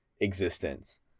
existence